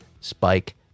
spike